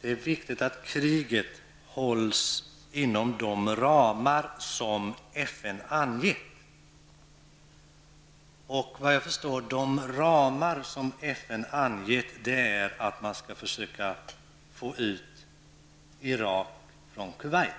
det är viktigt att kriget hålls inom de ramar som FN anger. De ramar som FN angett är, såvitt jag förstår, att man skall försöka få ut Irak från Kuwait.